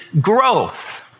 growth